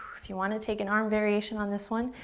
if you wanna take an arm variation on this one,